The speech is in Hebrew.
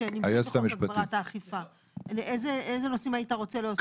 שנמצאים בחוק הגברת האכיפה אילו נושאים היית רוצה להוסיף?